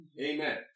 Amen